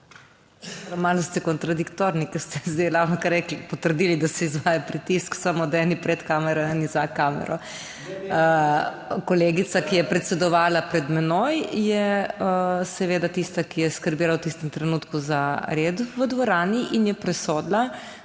malo ste kontradiktorni, ker ste zdaj ravnokar rekli, potrdili, da se izvaja pritisk samodejni, pred kamero, eni za kamero. Kolegica, ki je predsedovala pred menoj, je seveda tista, ki je skrbela v tistem trenutku za red v dvorani in je presodila,